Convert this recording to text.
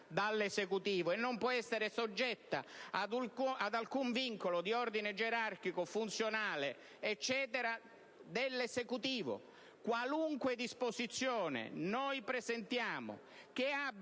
dall'Esecutivo; non può essere soggetta ad alcun vincolo di ordine gerarchico, funzionale e così via dell'Esecutivo. Qualunque disposizione noi presentiamo che abbia